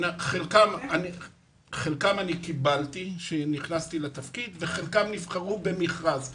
חלקם קיבלתי כשנכנסתי לתפקיד וחלקם נבחרו במכרז.